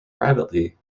privately